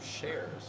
shares